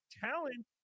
talent